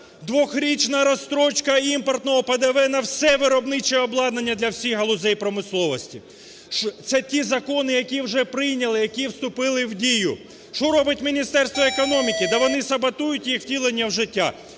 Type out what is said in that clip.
дворічну розстрочку імпортного ПДВ на все виробниче обладнання для всіх галузей промисловості. Це ті закони, які вже прийняли, які вступили в дію. Що робить Міністерство економіки? Да вони саботують їх втілення в життя.